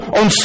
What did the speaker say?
on